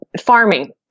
farming